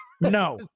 No